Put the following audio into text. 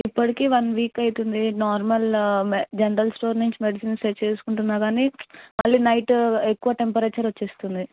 ఇప్పటికి one week అవుతుంది normal మె జనరల్ స్టోర్ నుంచి మెడిసిన్స్ తెచ్చి వేసుకుంటున్నాను కానీ మళ్ళీ నైటు ఎక్కువ టెంపరేచర్ వస్తుంది